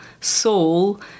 soul